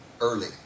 early